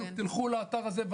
תלכו לאתר הזה,